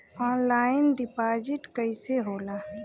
Online deposit कैसे होला?